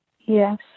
Yes